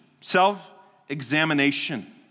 self-examination